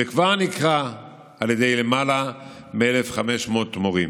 וכבר נקרא על ידי למעלה מ-1,500 מורים.